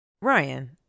Ryan